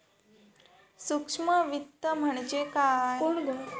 सूक्ष्म वित्त म्हणजे काय?